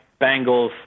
Bengals